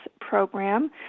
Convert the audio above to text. program